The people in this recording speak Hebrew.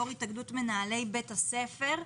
יו"ר התאגדות מנהלי בתי הספר,